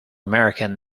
american